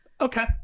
Okay